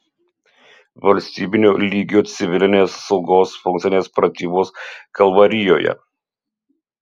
valstybinio lygio civilinės saugos funkcinės pratybos kalvarijoje